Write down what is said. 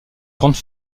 grandes